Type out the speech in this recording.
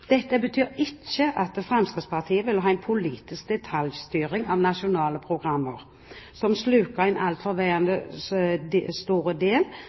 Dette betyr ikke at Fremskrittspartiet vil ha en politisk detaljstyring av nasjonale programmer som